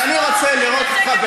אבל אני רוצה לראות אותך,